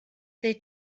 they